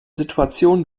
situation